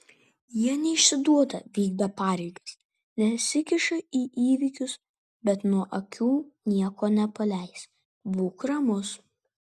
jie neišsiduoda vykdą pareigas nesikiša į įvykius bet nuo akių nieko nepaleis būk ramus